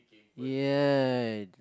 ya